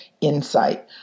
insight